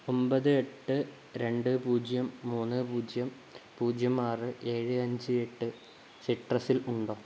ഒൻപത് എട്ട് രണ്ട് പൂജ്യം മൂന്ന് പൂജ്യം പൂജ്യം ആറ് ഏഴ് അഞ്ച് എട്ട് സിട്രസിൽ ഉണ്ടോ